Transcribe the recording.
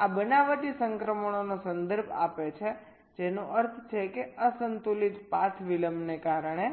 આ બનાવટી સંક્રમણોનો સંદર્ભ આપે છે જેનો અર્થ છે કે અસંતુલિત પાથ વિલંબને કારણે